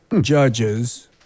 judges